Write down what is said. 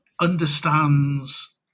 understands